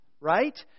Right